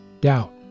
doubt